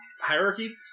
hierarchy